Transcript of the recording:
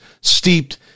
steeped